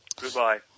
goodbye